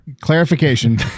clarification